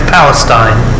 Palestine